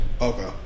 Okay